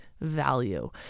value